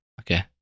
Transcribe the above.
Okay